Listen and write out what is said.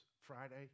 Friday